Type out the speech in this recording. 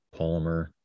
polymer